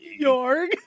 Yorg